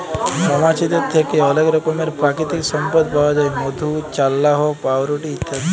মমাছিদের থ্যাকে অলেক রকমের পাকিতিক সম্পদ পাউয়া যায় মধু, চাল্লাহ, পাউরুটি ইত্যাদি